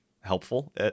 helpful